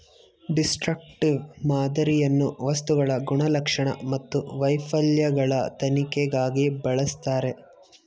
destructive ಮಾದರಿಯನ್ನು ವಸ್ತುಗಳ ಗುಣಲಕ್ಷಣ ಮತ್ತು ವೈಫಲ್ಯಗಳ ತನಿಖೆಗಾಗಿ ಬಳಸ್ತರೆ